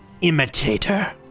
imitator